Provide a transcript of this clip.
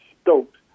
stoked